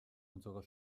unserer